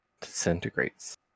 disintegrates